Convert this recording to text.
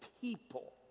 people